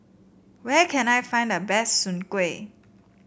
where can I find the best Soon Kway